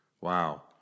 Wow